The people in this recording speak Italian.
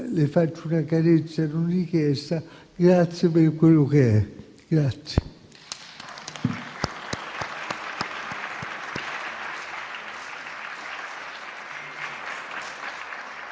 le faccio una carezza non richiesta: grazie per quello che è.